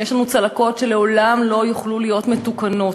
יש לנו צלקות שלעולם לא יוכלו להיות מתוקנות.